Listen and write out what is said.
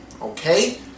okay